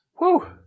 Woo